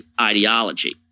ideology